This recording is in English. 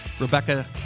Rebecca